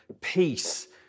peace